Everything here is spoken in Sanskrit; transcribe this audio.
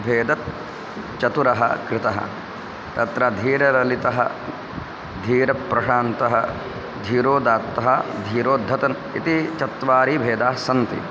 भेदाः चतुरः कृतः तत्र धीरललितः धीरप्रशान्तः धीरोदात्तः धीरोद्धतः इति चत्वारः भेदाः सन्ति